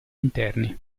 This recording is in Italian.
interni